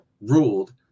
ruled